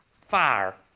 fire